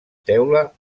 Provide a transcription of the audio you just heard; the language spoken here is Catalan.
teula